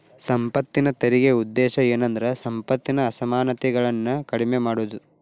ಸಂಪತ್ತಿನ ತೆರಿಗೆ ಉದ್ದೇಶ ಏನಂದ್ರ ಸಂಪತ್ತಿನ ಅಸಮಾನತೆಗಳನ್ನ ಕಡಿಮೆ ಮಾಡುದು